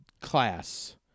Class